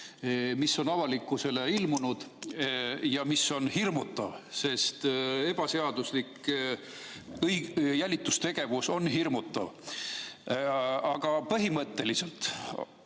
see on avalikkusele esitatud, ja see on hirmutav, sest ebaseaduslik jälitustegevus on hirmutav. Aga põhimõtteliselt